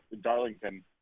Darlington